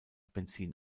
benzin